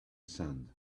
sand